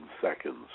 seconds